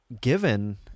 given